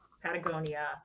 Patagonia